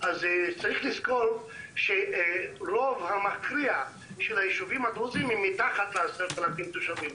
צריך לזכור שרובם המכריע של היישובים הדרוזיים הם מתחת ל-10,000 תושבים.